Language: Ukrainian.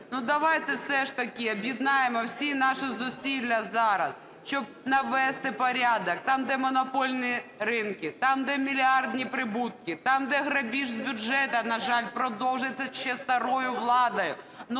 Ну, давайте все ж таки об'єднаємо всі наші зусилля зараз, щоб навести порядок там, де монопольні ринки, там, де мільярдні прибутки, так, де грабіж з бюджету, на жаль, продовжиться ще старою владою.